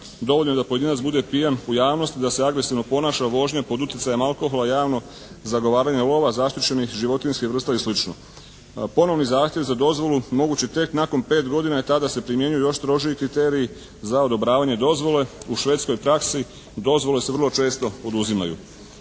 Dovoljno je da pojedinac bude pijan u javnosti, da se agresivno ponaša u vožnji pod utjecajem alkohola, javno zagovaranje lova zaštićenih životinjskih vrsta i slično. Ponovni zahtjev za dozvolu moguć je tek nakon pet godina i tada se primjenjuju još strožiji kriteriji za odobravanje dozvole. U Švedskoj praksi dozvole se vrlo često oduzimaju.